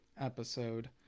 episode